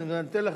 אני נותן לך.